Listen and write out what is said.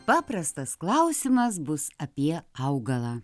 paprastas klausimas bus apie augalą